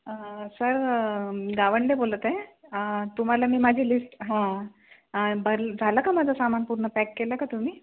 sir Gawande बोलत आहे तुम्हाला मी माझी लिस्ट हं बर झालं का माझं सामान पूर्ण पॅक केलं का तुम्ही